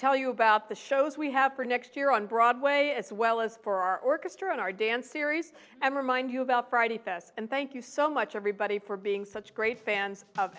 tell you about the shows we have for next year on broadway as well as for our orchestra in our dance series and remind you about friday and thank you so much everybody for being such great fan